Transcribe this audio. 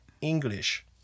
English